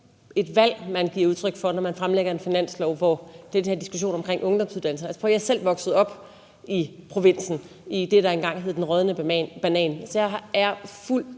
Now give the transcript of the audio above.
et valg, man giver udtryk for, når man fremlægger en finanslov, i forhold til den her diskussion omkring ungdomsuddannelser. Jeg er selv vokset op i provinsen i det, der engang hed den rådne banan, så jeg er fuld